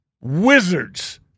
wizards